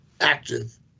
active